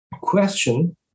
Question